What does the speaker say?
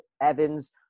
Evans